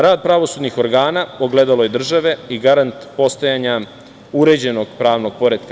Rad pravosudnih organa ogledalo je države i garant postojanja uređenog pravnog poretka.